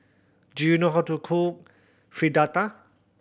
do you know how to cook Fritada